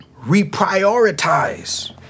reprioritize